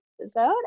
episode